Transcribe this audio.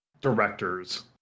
directors